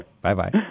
bye-bye